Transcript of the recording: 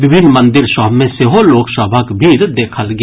विभिन्न मंदिर सभ मे सेहो लोक सभक भीड़ देखल गेल